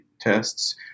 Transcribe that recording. tests